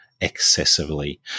excessively